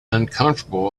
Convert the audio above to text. uncomfortable